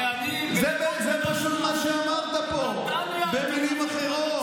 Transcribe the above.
הרי אני, זה מה שאמרת פה במילים אחרות.